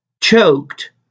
choked